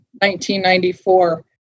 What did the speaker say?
1994